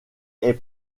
est